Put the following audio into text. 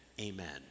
amen